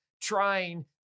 trying